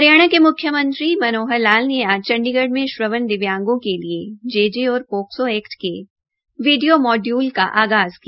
हरियाणा के म्ख्यमंत्री श्री मनोहर लाल ने आज चंडीगढ़ में आज श्रवण दिव्यागों के लिए जेजे व पोक्सो एक्ट के विडियो मॉड्यूल का आगाज़ किया